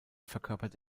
verkörpert